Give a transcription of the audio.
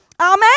Amen